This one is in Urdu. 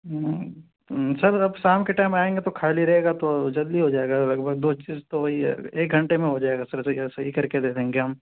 سر آپ شام کے ٹائم آئیں گے تو خالی رہے گا تو جلدی ہو جائے گا لگ بھگ دو چیز تو وہی ہے ایک گھنٹے میں ہو جائے گا سر صحیح کر کے دے دیں گے ہم